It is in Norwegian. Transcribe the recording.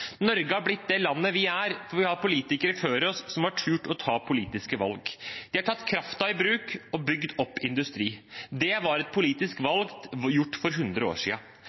Norge har blitt det landet det er, fordi det var politikere før oss som turte å ta politiske valg. De har tatt kraften i bruk og bygd opp industri. Det var et politisk valg gjort for 100 år